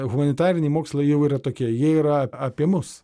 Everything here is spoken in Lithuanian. humanitariniai mokslai jau yra tokie jie yra apie mus